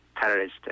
terrorist